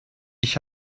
ich